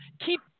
keep